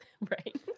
right